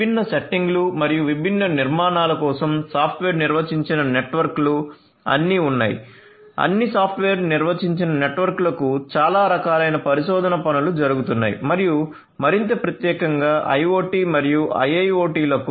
విభిన్న సెట్టింగులు మరియు విభిన్న నిర్మాణాల కోసం సాఫ్ట్వేర్ నిర్వచించిన నెట్వర్క్లు అన్నీ ఉన్నాయి అన్నిసాఫ్ట్వేర్ నిర్వచించిన నెట్వర్క్లకు చాలా రకాలైన పరిశోధన పనులు జరుగుతున్నాయి మరియు మరింత ప్రత్యేకంగా IoT మరియు IIoT లకు